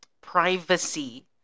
privacy